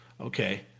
okay